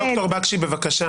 בקשי,